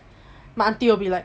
my aunty will be like